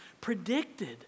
predicted